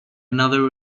another